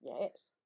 Yes